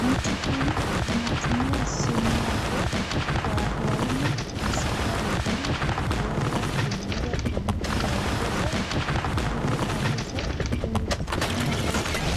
Mtu huyu anatumia simu yake kwa laini ya Safaricom kuweza kuingia tovuti ya mpesa ili aweze kutuma pesa,